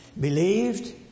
believed